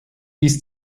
bis